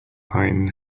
mine